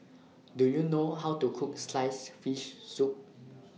Do YOU know How to Cook Sliced Fish Soup